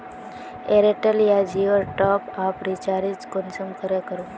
Airtel या जियोर top आप रिचार्ज कुंसम करे करूम?